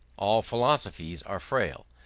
all philosophies are frail,